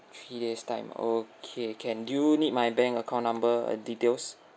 few days time okay can do you need my bank account number uh details